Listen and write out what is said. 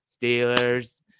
Steelers